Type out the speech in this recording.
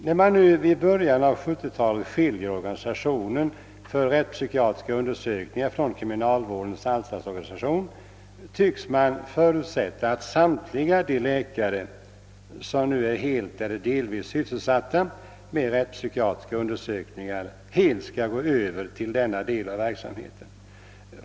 När man nu vid början av 1970-talet skiljer organisationen för rättspsykiatriska undersökningar från kriminalvårdens anstaltsorganisation tycks man förutsätta att samtliga de läkare som nu helt eller delvis är sysselsatta med rättspsykiatriska undersökningar helt skall gå över till denna del av verksamheten.